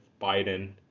Biden